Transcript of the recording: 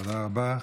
תודה רבה.